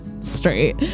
straight